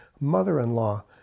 mother-in-law